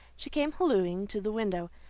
she came hallooing to the window,